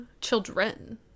children